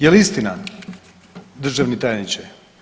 Jel istina državni tajniče?